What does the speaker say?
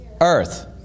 Earth